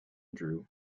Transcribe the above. drew